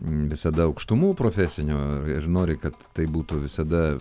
visada aukštumų profesinio ir nori kad tai būtų visada